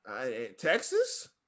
Texas